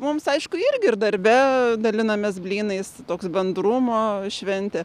mums aišku irgi ir darbe dalinamės blynais toks bendrumo šventė